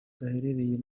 gaherereye